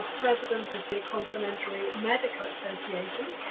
president of the complementary medical association.